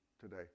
today